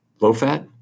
low-fat